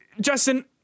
Justin